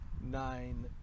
nine